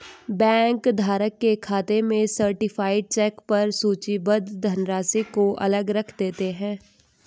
bank धारक के खाते में सर्टीफाइड चेक पर सूचीबद्ध धनराशि को अलग रख देते हैं